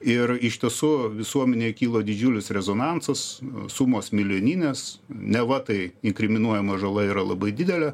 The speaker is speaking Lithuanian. ir iš tiesų visuomenėje kilo didžiulis rezonansas sumos milijoninės neva tai inkriminuojama žala yra labai didelė